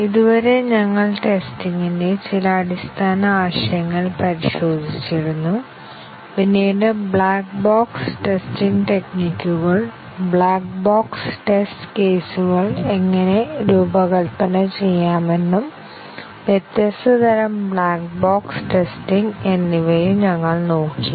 ഇതുവരെ ഞങ്ങൾ ടെസ്റ്റിംഗിന്റെ ചില അടിസ്ഥാന ആശയങ്ങൾ പരിശോധിച്ചിരുന്നു പിന്നീട് ബ്ലാക്ക് ബോക്സ് ടെസ്റ്റിംഗ് ടെക്നിക്കുകൾ ബ്ലാക്ക് ബോക്സ് ടെസ്റ്റ് കേസുകൾ എങ്ങനെ രൂപകൽപ്പന ചെയ്യാമെന്നും വ്യത്യസ്ത തരം ബ്ലാക്ക് ബോക്സ് ടെസ്റ്റിംഗ് എന്നിവയും ഞങ്ങൾ നോക്കി